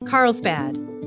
Carlsbad